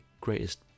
greatest